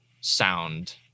sound